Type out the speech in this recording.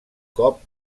cop